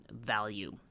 value